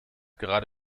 gerade